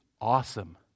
awesome